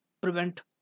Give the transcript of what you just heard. prevent